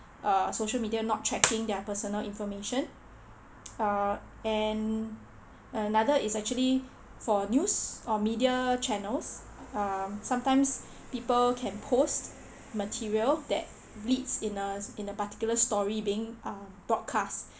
err social media not checking their personal information err and another is actually for news or media channels um sometimes people can post material that leads in a in a particular story being um broadcast